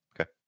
Okay